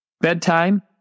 Bedtime